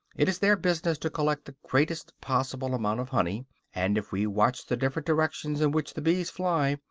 it is their business to collect the greatest possible amount of honey and if we watch the different directions in which the bees fly,